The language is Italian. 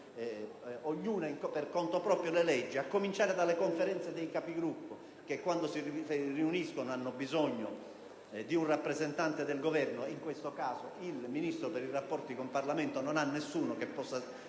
ognuna per conto proprio le leggi, a cominciare dalle Conferenze dei Capigruppo, che quando si riuniscono hanno bisogno della presenza di un rappresentante del Governo (e in questo caso il Ministro per i rapporti con il Parlamento non ha nessuno che possa